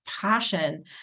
passion